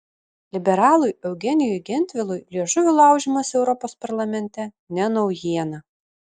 liberalui eugenijui gentvilui liežuvio laužymas europos parlamente ne naujiena